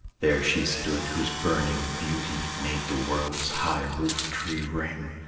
there she stood whose burning beauty made the world's high roof tree ring,